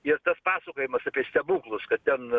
ir tas pasakojimas apie stebuklus kad ten